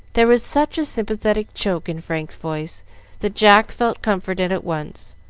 there was such a sympathetic choke in frank's voice that jack felt comforted at once,